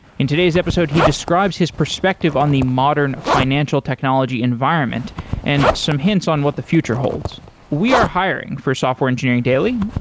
in today's episode, he describes his perspective on the modern financial technology environment and some hints on what the future holds we are hiring for software engineering daily.